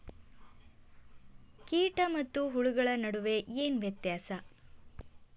ಕೇಟ ಮತ್ತು ಹುಳುಗಳ ನಡುವೆ ಏನ್ ವ್ಯತ್ಯಾಸ?